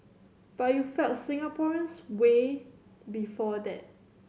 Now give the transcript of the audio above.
but you felt Singaporeans way before that